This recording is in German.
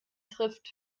trifft